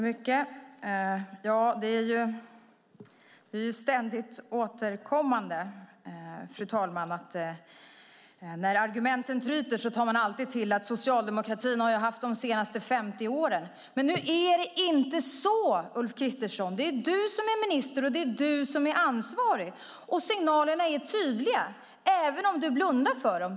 Fru talman! När argumenten tryter återkommer man ständigt till att socialdemokratin haft de senaste 50 åren på sig. Men nu är det du, Ulf Kristersson, som är minister, och det är du som är ansvarig. Signalerna är tydliga även om du blundar för dem.